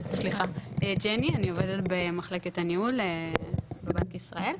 ג'ני, אני עובדת במחלקת הניהול בבנק ישראל.